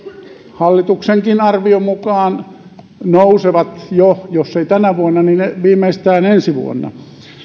hallituksenkin arvion mukaan nousevat jo jos eivät tänä vuonna niin viimeistään ensi vuonna